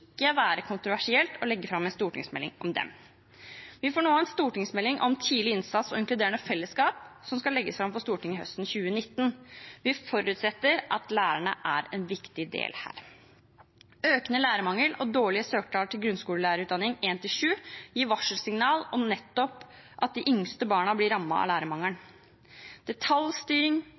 være kontroversielt å legge fram en stortingsmelding om dem. Vi får nå en stortingsmelding om tidlig innsats og inkluderende fellesskap, som skal legges fram for Stortinget høsten 2019. Vi forutsetter at lærerne er en viktig del her. Økende lærermangel og dårlige søkertall til grunnskolelærerutdanning for 1.–7. trinn gir varselsignal om at nettopp de yngste barna blir rammet av lærermangelen. Detaljstyring,